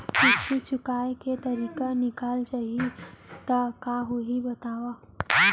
किस्ती चुकोय के तारीक निकल जाही त का होही बताव?